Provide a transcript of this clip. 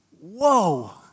Whoa